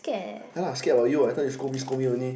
ya lah scared about you what I thought you scold me scold me only